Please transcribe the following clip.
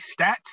Stats